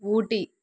Ooty